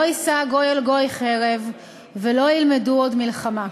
לא ישא גוי אל גוי חרב ולא ילמדו עוד מלחמה".